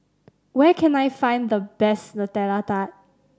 where can I find the best Nutella Tart